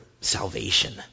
salvation